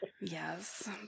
Yes